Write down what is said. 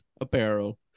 apparel